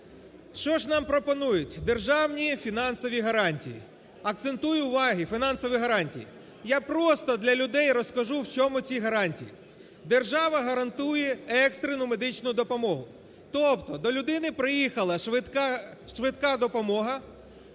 Що ж нам пропонують державні, фінансові гарантії? Акцентую увагу, фінансові гарантії, я просто для людей розкажу в чому ці гарантії. Держава гарантує екстерну медичну допомогу. Тобто до людини приїхала швидка допомога